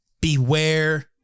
beware